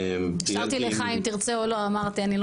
אני רוצה לספר, כי זה גם